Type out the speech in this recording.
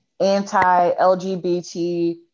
anti-lgbt